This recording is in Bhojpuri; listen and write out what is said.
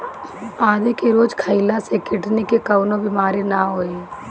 आदि के रोज खइला से किडनी के कवनो बीमारी ना होई